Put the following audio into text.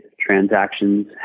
transactions